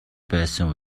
байсан